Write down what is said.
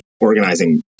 organizing